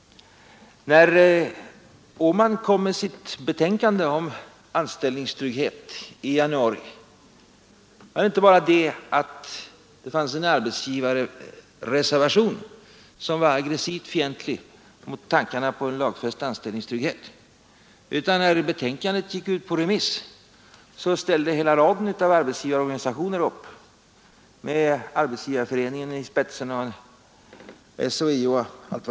När Valter Åman lade fram sitt betänkande om anställningstrygghet i januari fanns det inte bara en arbetsgivarreservation som var aggressivt fientlig mot tankarna på lagfäst anställningstrygghet, utan när betänkandet gick ut på remiss ställde hela raden av arbetsgivarorganisationer upp med Arbetsgivareföreningen i spetsen.